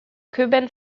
cuban